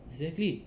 exactly